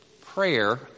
prayer